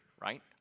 right